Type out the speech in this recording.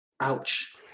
Ouch